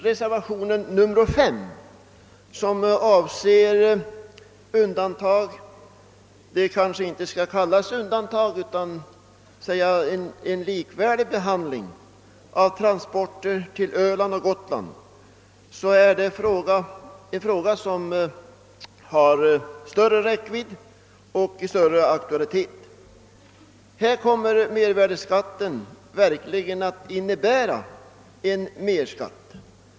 Reservationen 5 som avser undantag för — eller kanske snarare en likvärdig behandling med landet i övrigt — transporter till Öland och Gotland anser jag däremot har större räckvidd och aktualitet. Här kommer mervärde skatten verkligen att bli en merskatt.